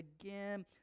again